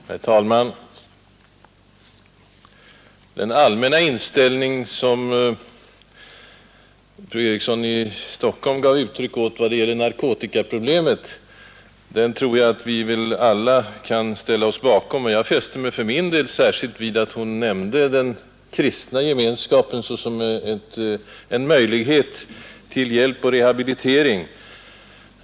Herr talman! Den allmänna inställning som fru Eriksson i Stockholm gav uttryck åt i vad gäller narkotikaproblemet tror jag vi alla kan ställa oss bakom. Jag fäste mig särskilt vid att hon nämnde den kristna gemenskapen som en möjlighet till hjälp och rehabilitering åt narkomaner.